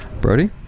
Brody